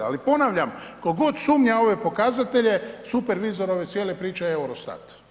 Ali ponavljam, tko god sumnja u ove pokazatelje supervizor ove cijele priče je Eurostat.